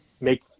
make